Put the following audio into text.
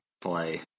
play